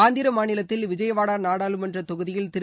ஆந்திர மாநிலத்தில் விஜயவாடா நாடாளுமன்ற தொகுதியில் திரு